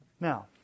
Now